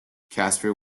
casper